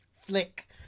Flick